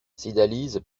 cydalise